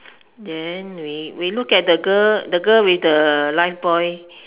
then we we look at the girl the girl with the life buoy